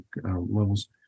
levels